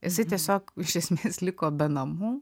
jisai tiesiog iš esmės liko be namų